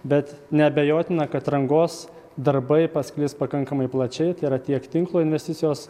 bet neabejotina kad rangos darbai pasklis pakankamai plačiai tai yra tiek tinklo investicijos